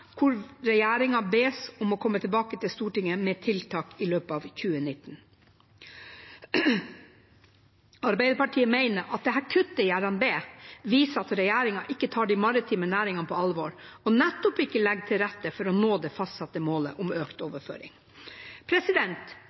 hvor regjeringen bes om å komme tilbake til Stortinget med tiltak i løpet av 2019. Arbeiderpartiet mener at dette kuttet i RNB viser at regjeringen ikke tar de maritime næringene på alvor, og nettopp ikke legger til rette for å nå det fastsatte målet om økt overføring.